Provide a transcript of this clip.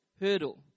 hurdle